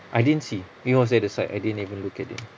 I didn't see it was at the side I didn't even look at it